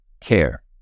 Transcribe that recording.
care